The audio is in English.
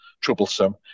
troublesome